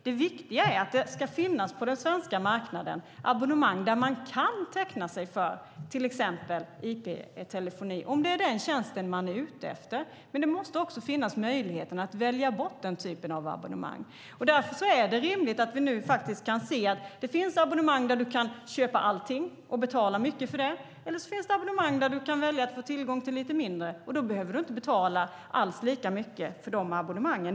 Det viktiga är att det på den svenska marknaden ska finnas abonnemang där man kan teckna sig för till exempel IP-telefoni om det är den tjänsten man är ute efter. Men det måste också finnas möjligheten att välja bort den typen av abonnemang. Därför är det rimligt att vi nu kan se att det finns abonnemang där du kan köpa allting och betala mycket för det och att det finns abonnemang där du kan välja att få tillgång till lite mindre och inte alls behöver betala lika mycket för det.